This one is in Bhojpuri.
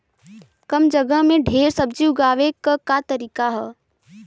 कम जगह में ढेर सब्जी उगावे क का तरीका ह?